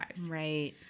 Right